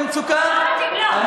הבעת את דעתך.